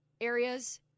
areas